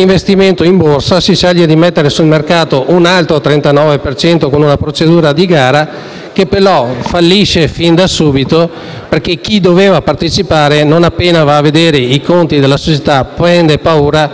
invece della borsa, si sceglie di mettere sul mercato un altro 39 per cento con una procedura di gara che però fallisce fin da subito, perché chi vi doveva partecipare, non appena va a vedere i conti della società, prende paura